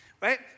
right